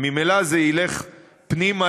וממילא זה ילך פנימה,